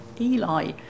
Eli